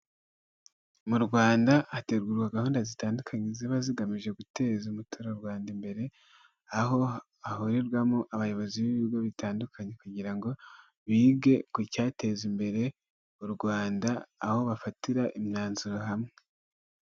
Mu Rwanda hategurwa gahunda zitandukanye ziba zigamije guteza umuturarwanda imbere, aho hahurirwamo abayobozi b'ibigo bitandukanye, kugira ngo bige ku cyateza imbere u Rwanda, aho bafatira imyanzuro hamwe.